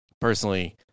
personally